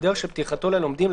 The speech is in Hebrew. בדרך של פתיחתו ללומדים,